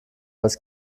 als